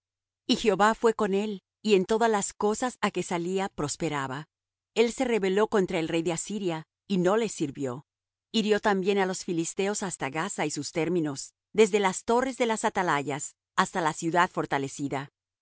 y jehová fué con él y en todas las cosas á que salía prosperaba el se rebeló contra el rey de asiria y no le sirvió hirió también á los filisteos hasta gaza y sus términos desde las torres de las atalayas hasta la ciudad fortalecida